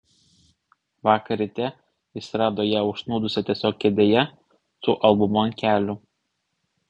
vakar ryte jis rado ją užsnūdusią tiesiog kėdėje su albumu ant kelių